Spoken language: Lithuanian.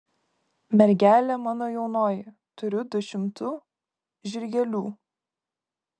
mergelė mano jaunoji turiu du šimtu žirgelių